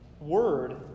word